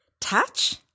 touch